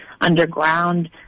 underground